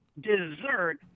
dessert